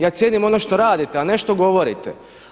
Ja cijenim ono što radite a ne što govorite.